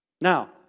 Now